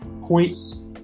points